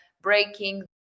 breaking